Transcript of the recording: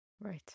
Right